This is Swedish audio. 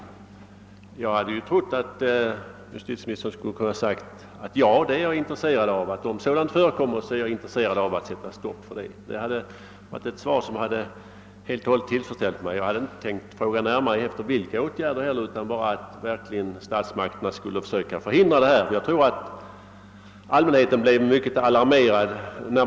Jag hade trott att justitieministern skulle kunna säga: »Ja, om sådant förekommer är jag intresserad av att sätta stopp för det.« Ett sådant svar hade helt och hållet tillfredsställt mig. Jag hade inte heller tänkt fråga närmare efter vilka åtgärder som skulle kunna vidtas; jag önskade bara att statsmakterna verkligen skulle söka förhindra den här sortens inflygning.